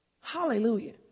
Hallelujah